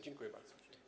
Dziękuję bardzo.